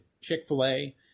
Chick-fil-A